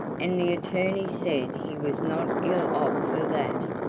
and the attorney said he was not ill off for that,